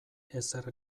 ezer